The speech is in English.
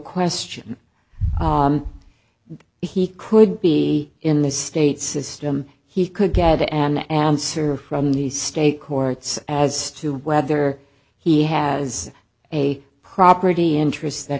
question he could be in the state system he could get an answer from the state courts as to whether he has a property interests that